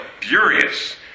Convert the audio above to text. furious